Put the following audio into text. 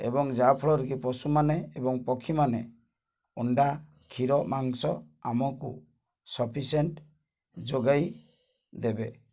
ଏବଂ ଯାହାଫଳରେ କି ପଶୁମାନେ ଏବଂ ପକ୍ଷୀମାନେ ଅଣ୍ଡା କ୍ଷୀର ମାଂସ ଆମକୁ ସଫିସିଏଣ୍ଟ ଯୋଗାଇ ଦେବେ